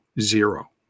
zero